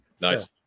Nice